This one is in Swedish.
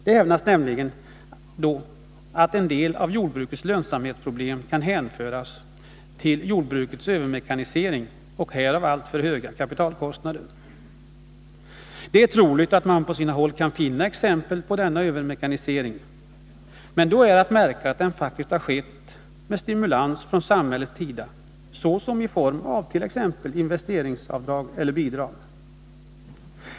Det hävdas nämligen att en del av jordbrukets lönsamhetsproblem kan hänföras till jordbrukets övermekanisering och härav orsakade alltför höga kapitalkostnader. Det är troligt att man på sina håll kan finna exempel på denna övermekanisering, men då är att märka att den faktiskt har skett med stimulans från samhällets sida såsom t.ex. i form av investeringsavdrag eller bidrag.